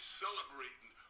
celebrating